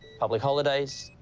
public holidays,